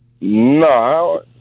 No